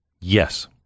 Yes